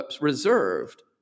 reserved